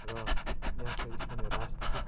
र यहाँका स्थानीय राजनैतिक